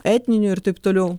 etninių ir taip toliau